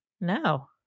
No